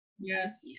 Yes